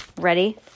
ready